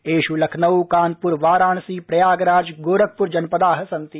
एषु लखनऊ कान्पुर वाराणसी प्रयागराज गोरखपूर जनपदा सन्ति